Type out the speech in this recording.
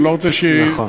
אני לא רוצה, נכון.